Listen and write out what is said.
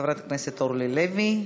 חברי הכנסת אורלי לוי,